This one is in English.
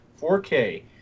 4K